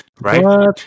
right